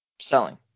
Selling